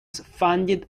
funded